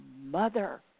mother